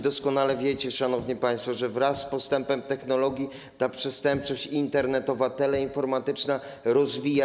Doskonale wiecie, szanowni państwo, że wraz z postępem technologii przestępczość internetowa, teleinformatyczna się rozwija.